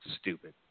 stupid